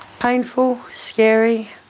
painful, scary.